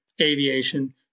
aviation